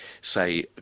say